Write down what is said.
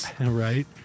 Right